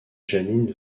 janine